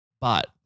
But-